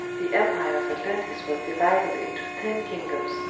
the empire of atlantis was divided into ten kingdoms,